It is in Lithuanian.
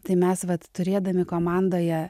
tai mes vat turėdami komandoje